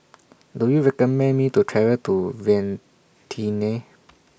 Do YOU recommend Me to travel to Vientiane